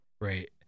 Right